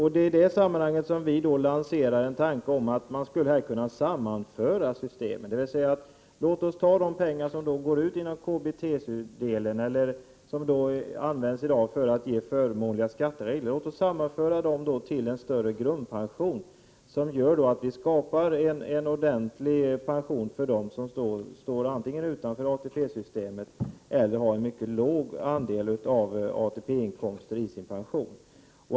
I det sammanhanget lanserar vi då tanken att man skulle kunna sammanföra systemen: Låt oss ta de pengar som går ut inom KBT eller som i dag används för att åstadkomma förmånliga skatteregler och sammanföra dem till en större grundpension, så att vi skapar en ordentlig pension för dem som antingen står utanför ATP-systemet eller har en mycket låg andel av ATP-inkomster i sin pension.